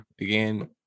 again